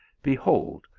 behold,